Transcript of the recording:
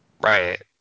Right